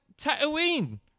Tatooine